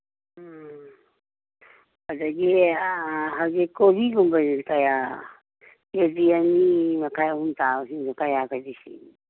ꯎꯝ ꯑꯗꯒꯤ ꯍꯧꯖꯤꯛ ꯀꯣꯕꯤꯒꯨꯝꯕꯁꯤ ꯀꯌꯥ ꯀꯦ ꯖꯤ ꯑꯅꯤ ꯃꯈꯥꯏ ꯑꯍꯨꯝ ꯇꯥꯕꯁꯤꯡꯁꯤ ꯀꯌꯥꯒꯗꯤ ꯆꯤꯡꯉꯤ